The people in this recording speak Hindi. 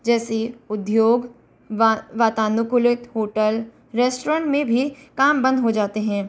जैसे उद्योग वा वातानुकूलित होटल रेस्टोरेन्ट में भी काम बंद हो जाते हैं